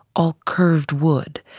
all curved wood.